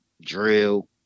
drill